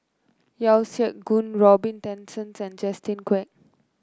Yeo Siak Goon Robin Tessensohn and Justin Quek